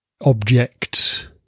objects